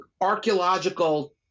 Archaeological